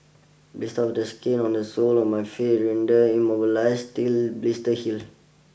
blister of the skin on the soles of my feet renders immobilize still blisters heal